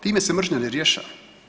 Time se mržnja ne rješava.